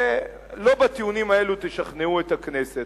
ולא בטיעונים האלה תשכנעו את הכנסת.